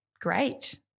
great